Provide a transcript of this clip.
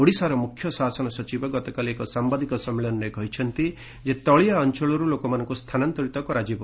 ଓଡିଶାର ମୁଖ୍ୟ ଶାସନ ସଚିତ ଗତକାଲି ଏକ ସାମ୍ବାଦିକ ସମ୍ମିଳନୀରେ କହିଛନ୍ତି ଯେ ତଳିଆ ଅଞ୍ଚଳରୁ ଲୋକମାନଙ୍କୁ ସ୍ଥାନାନ୍ତରିତ କରାଯିବ